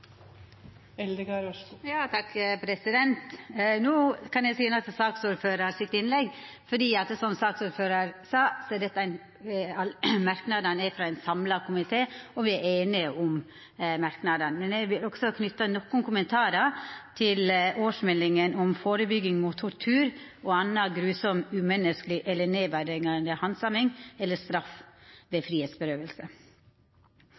No kan eg syna til innlegget frå saksordføraren, for – som saksordføraren sa – merknadene er frå ein samla komité. Me er einige om merknadene. Men eg vil også knyta nokre kommentarar til årsmeldinga om førebygging av tortur og anna grufull, umenneskeleg eller nedverdigande handsaming eller straff ved